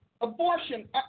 Abortion